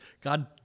God